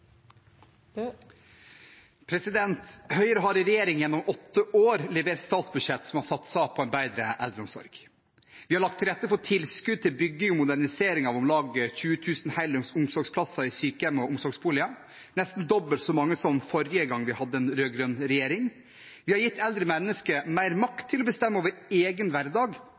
Høyre har i regjering gjennom åtte år levert statsbudsjett som har satset på en bedre eldreomsorg. Vi har lagt til rette for tilskudd til bygging og modernisering av om lag 20 000 heldøgns omsorgsplasser i sykehjem og omsorgsboliger, nesten dobbelt så mange som forrige gang vi hadde en rød-grønn regjering. Vi har gitt eldre mennesker mer makt til å bestemme over egen hverdag